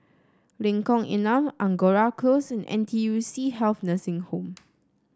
Lengkong Enam Angora Close and N T U C Health Nursing Home